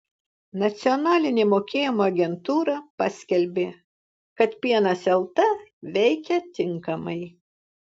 nacionalinė mokėjimo agentūra paskelbė kad pienas lt veikia tinkamai